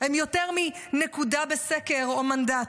הם יותר מנקודה בסקר או מנדט.